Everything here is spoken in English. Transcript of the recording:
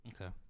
okay